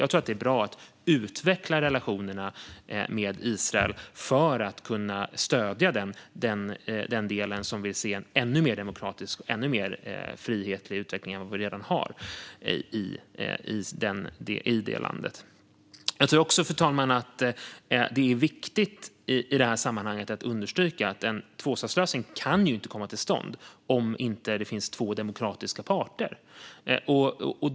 Jag tror att det är bra att utveckla relationerna med Israel för att kunna stödja den del som vill se en ännu mer demokratisk och frihetlig utveckling än vad vi redan har i det landet. Jag tror också, fru talman, att det är viktigt att understryka att en tvåstatslösning inte kan komma till stånd om det inte finns två demokratiska parter.